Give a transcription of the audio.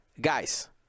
Guys